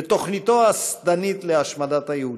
ותוכניתו השטנית להשמדת היהודים.